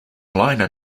liner